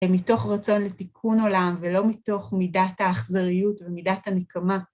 ומתוך רצון לתיקון עולם ולא מתוך מידת האכזריות ומידת הנקמה.